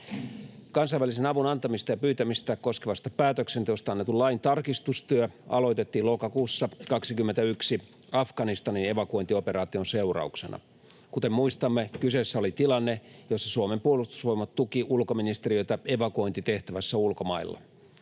Kansainvälisen avun antamista ja pyytämistä koskevasta päätöksenteosta annetun lain tarkistustyö aloitettiin lokakuussa 21 Afganistanin evakuointioperaation seurauksena. Kuten muistamme, kyseessä oli tilanne, jossa Suomen puolustusvoimat tuki ulkoministeriötä evakuointitehtävässä ulkomailla.